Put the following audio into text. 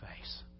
face